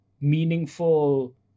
meaningful